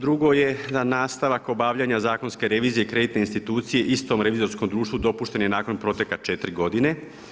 Drugo je da nastavak obavljanja zakonske revizije kreditne institucije istom revizorskom društvu dopušten je nakon proteka 4 godine.